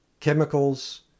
Chemicals